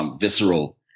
Visceral